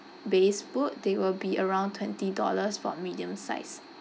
based food they will be around twenty dollars for medium size